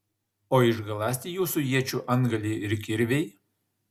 o išgaląsti jūsų iečių antgaliai ir kirviai